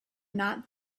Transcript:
not